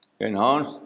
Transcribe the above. enhance